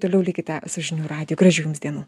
toliau likite su žinių radiju gražių jums dienų